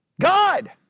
God